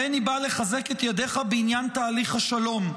הריני בא לחזק את ידיך בעניין תהליך השלום,